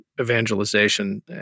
evangelization